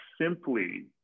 simply